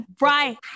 right